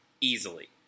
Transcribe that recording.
easily